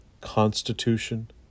constitution